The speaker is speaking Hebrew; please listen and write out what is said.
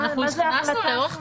מה זו ההחלטה ---?